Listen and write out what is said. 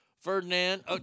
Ferdinand